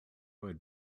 would